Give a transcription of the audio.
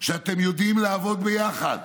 שבהם אתם יודעים לעבוד ביחד.